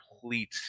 complete